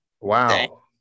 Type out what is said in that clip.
Wow